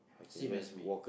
same as me